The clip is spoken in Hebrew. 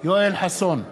יואל חסון,